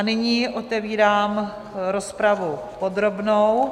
Nyní otevírám rozpravu podrobnou.